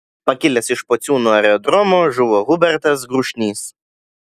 pakilęs iš pociūnų aerodromo žuvo hubertas grušnys